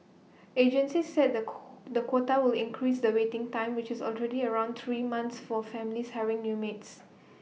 agencies said the the quota will increase the waiting time which is already around three months for families hiring new maids